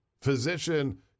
Physician